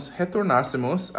retornássemos